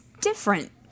different